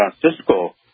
Francisco